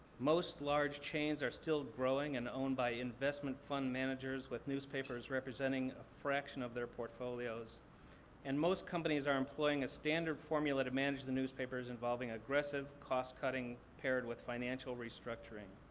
most large chains are still growing and owned by investment fund managers with newspapers representing a fraction of their portfolios and most companies are employing a standard formula to manage the newspapers, involving aggressive cost-cutting, paired with financial restructuring.